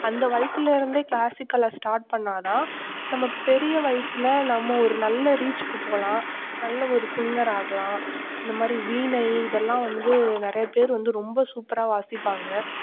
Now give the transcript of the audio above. அந்த வயசில் இருந்தே கிளாசிகலை ஸ்டார்ட் பண்ணாதான் நம்ம பெரிய வயசுல நம்ம ஒரு நல்ல ரீச்சுக்கு போகலாம் நல்ல ஒரு சிங்கர் ஆகலாம் இந்த மாதிரி வீணை இதெல்லாம் வந்து நிறைய பேர் வந்து ரொம்ப சூப்பராக வாசிப்பாங்க